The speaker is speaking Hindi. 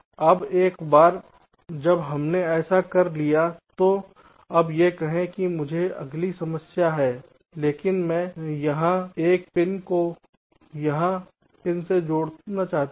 अब एक बार जब हमने ऐसा कर लिया है तो अब यह कहें कि मुझे अगली समस्या है लेकिन मैं यहां एक पिन को यहां पिन से जोड़ना चाहता हूं